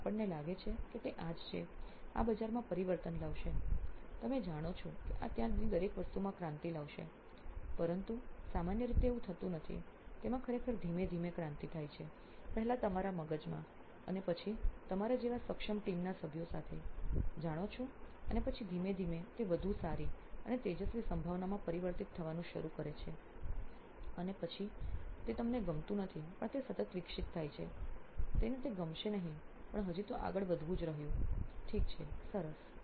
અને આપણને લાગે છે કે તે આ જ છે આ બજારમાં પરિવર્તન લાવશે તમે જાણો છો કે આ ત્યાંની દરેક વસ્તુમાં ક્રાંતિ લાવશે પરંતુ તે સામાન્ય રીતે એવું થતું નથી તેમાં ખરેખર ધીમે ધીમે ક્રાંતિ થાય છે પહેલા તમારા મગજમાં અને પછી તમારા જેવા સક્ષમ ટીમના સભ્યો સાથે જાણો છો અને પછી ધીમે ધીમે તે વધુ સારી અને તેજસ્વી સંભાવનામાં પરિવર્તિત થવાનું શરૂ કરે છે પછી તે તમને તે ગમતું નથી પણ તે સતત વિકસિત થાય છે તેને તે ગમશે નહીં પણ હજી તો આગળ વધવું જ રહ્યું ઠીક છે સરસ